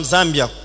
Zambia